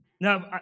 Now